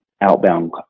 outbound